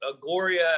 Gloria